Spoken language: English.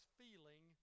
feeling